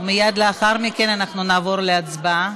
מייד לאחר מכן אנחנו נעבור להצבעה.